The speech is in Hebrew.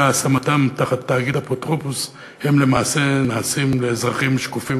השמתם תחת תאגיד אפוטרופוס הם למעשה נעשים לאזרחים שקופים,